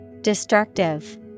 Destructive